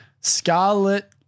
Scarlet